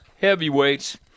heavyweights